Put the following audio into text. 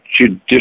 judicial